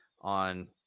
on